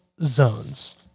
zones